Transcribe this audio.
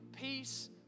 peace